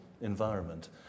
environment